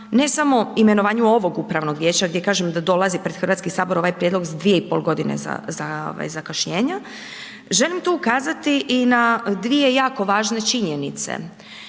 ne samo imenovanju ovog upravnog vijeća gdje kažem da dolazi pred Hrvatski sabor ovaj prijedlog za 2,5 g. zakašnjenja, želim tu ukazati i na 2 jako važne činjenice